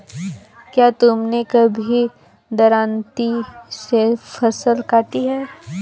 क्या तुमने कभी दरांती से फसल काटी है?